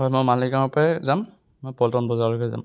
হয় মই মালিগাঁৱৰ পৰাই যাম মই পল্টন বজাৰলৈকে যাম